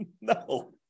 No